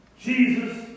Jesus